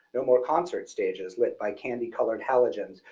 no more concert stages lit by candy-colored halogens.